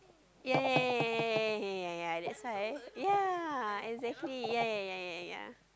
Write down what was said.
ya ya ya ya ya ya ya ya ya that why ya exactly ya ya ya ya ya